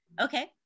Okay